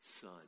son